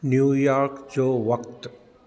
New York जो वक़्तु